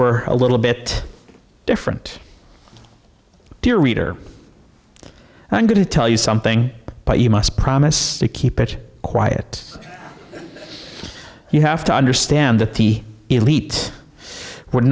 were a little bit different dear reader and i'm going to tell you something but you must promise to keep it quiet you have to understand that the elite would